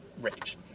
rage